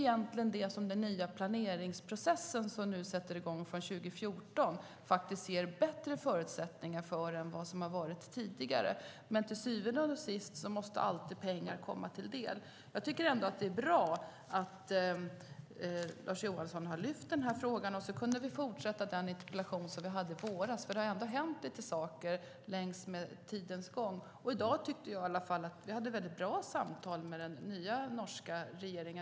Den nya planeringsprocess som sätter i gång 2014 ger bättre förutsättningar än vad som funnits tidigare. Men till syvende och sist måste det alltid komma pengar. Det är bra att Lars Johansson har lyft fram den här frågan. Vi har nu fått möjlighet att fortsätta den interpellationsdebatt vi hade i våras, och det har hänt lite saker under tidens gång. Vi har haft ett väldigt bra samtal med den nya norska regeringen.